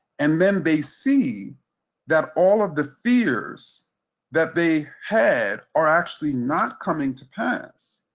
and then they see that all of the fears that they had are actually not coming to pass.